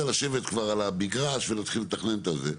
לשבת כבר על המגרש ולהתחיל לתכנן את זה,